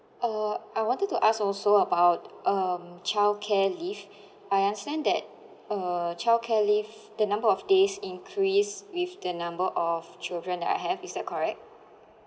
uh I wanted to ask also about um childcare leave I understand that uh childcare leave the number of days increase with the number of children I have is that correct